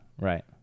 right